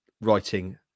writing